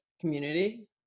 community